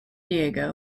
diego